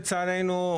לצערנו,